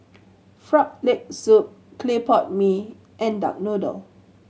Frog Leg Soup clay pot mee and duck noodle